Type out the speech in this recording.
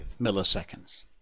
milliseconds